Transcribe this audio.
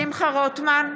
שמחה רוטמן,